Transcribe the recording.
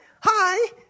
hi